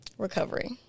recovery